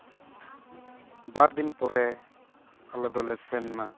ᱵᱟᱨ ᱫᱤᱱ ᱯᱚᱨᱮ ᱟᱞᱮ ᱫᱚᱞᱮ ᱥᱮᱱ ᱮᱱᱟ